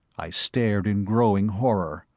i stared in growing horror,